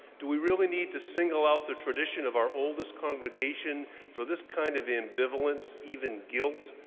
do we really need to single out the tradition of our oldest congregation for this kind of ambivalence, even guilt,